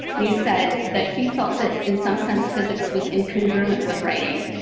he said that he felt that in some sense, physics was incongruent with writing.